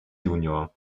junior